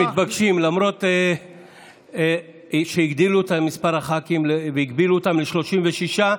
למרות שהגדילו את מספר הח"כים והגבילו אותם ל-36,